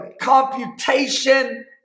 computation